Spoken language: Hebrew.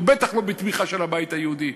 או בטח לא בתמיכה של הבית היהודי.